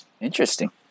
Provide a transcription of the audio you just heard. interesting